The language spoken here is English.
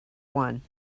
one